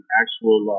actual